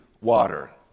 water